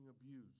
abused